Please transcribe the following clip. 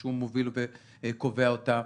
שהוא קובע אותה.